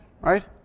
right